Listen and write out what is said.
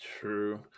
true